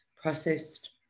processed